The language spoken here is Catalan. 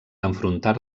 enfrontar